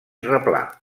replà